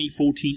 2014